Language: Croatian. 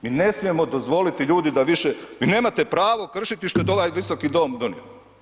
Mi ne smijemo dozvoliti ljudi da više, vi nemate pravo kršiti što je ovaj visoki dom donio.